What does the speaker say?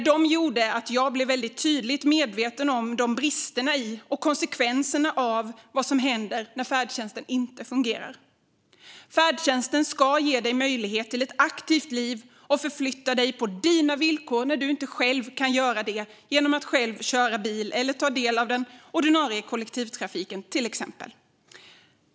De gjorde att jag blev tydligt medveten om bristerna i färdtjänsten och konsekvenserna när den inte fungerar. Färdtjänsten ska ge dig möjlighet till ett aktivt liv och att förflytta dig på dina villkor när du inte själv kan göra det genom att till exempel köra bil eller ta del av den ordinarie kollektivtrafiken.